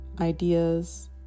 ideas